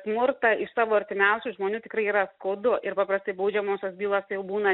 smurtą iš savo artimiausių žmonių tikrai yra skaudu ir paprastai baudžiamosios bylos jau būna